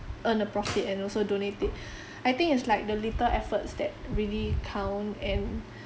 earn a profit and also donate it I think it's like the little efforts that really count and